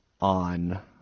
on